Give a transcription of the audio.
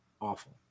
awful